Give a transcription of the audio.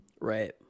right